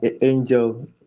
angel